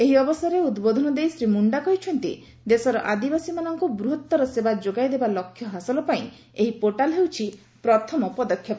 ଏହି ଅବସରରେ ଉଦ୍ବୋଧନ ଦେଇ ଶ୍ରୀ ମୁଣ୍ଡା କହିଛନ୍ତି ଦେଶର ଆଦିବାସୀମାନଙ୍କୁ ବୃହତ୍ତର ସେବା ଯୋଗାଇଦେବା ଲକ୍ଷ୍ୟ ହାସଲ ପାଇଁ ଏହି ପୋର୍ଟାଲ ହେଉଛି ପ୍ରଥମ ପଦକ୍ଷେପ